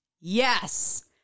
Yes